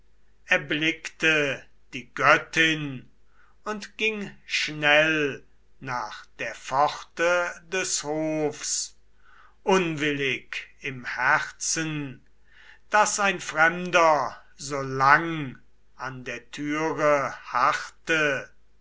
erblickte die göttin und ging schnell nach der pforte des hofs unwillig im herzen daß ein fremder so lang an der türe harrte